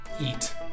eat